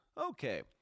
Okay